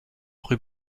rue